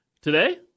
today